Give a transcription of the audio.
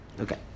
Okay